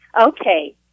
Okay